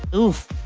oof.